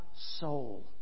soul